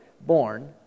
born